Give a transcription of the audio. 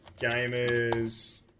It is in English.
gamers